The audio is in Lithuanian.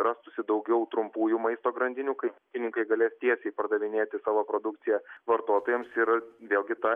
rastųsi daugiau trumpųjų maisto grandinių kai ūkininkai galės tiesiai pardavinėti savo produkciją vartotojams ir vėlgi ta